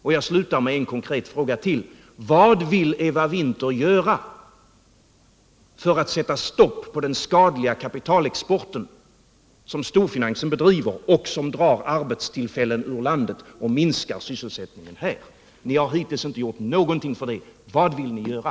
Jag slutar med ytterligare en konkret fråga: Vad vill Eva Winther göra för att sätta stopp för den skadliga kapitalexport som storfinansen bedriver och som drar arbetstillfällen ur landet och minskar sysselsättningen här? Ni har hittills inte gjort någonting. Vad vill ni göra?